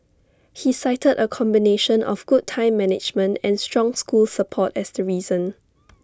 he cited A combination of good time management and strong school support as the reason